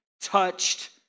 touched